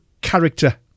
character